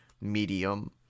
medium